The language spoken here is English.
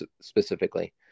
specifically